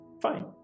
fine